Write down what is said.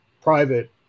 private